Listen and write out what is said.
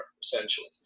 essentially